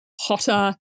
hotter